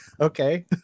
Okay